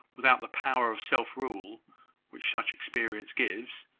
without the power of self-rule which such experience gives,